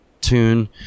tune